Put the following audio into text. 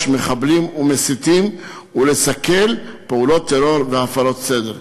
מחבלים ומסיתים ולסכל פעולות טרור והפרת סדר.